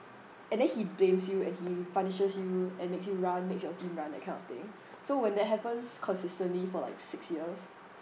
and then he blames you and he punishes you and makes you run makes your team run that kind of thing so when that happens consistently for like six years